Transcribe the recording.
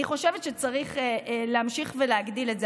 אני חושבת שצריך להמשיך ולהגדיל את זה.